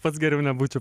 pats geriau nebūčiau